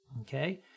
okay